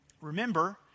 Remember